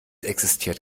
existiert